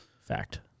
Fact